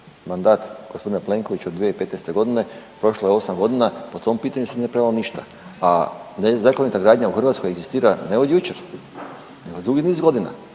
mandat g. Plenkovića od 2015. g., prošlo je 8 godina i po tom pitanju se nije napravilo ništa, a nezakonita gradnja u Hrvatskoj egzistira ne od jučer nego dugi niz godina.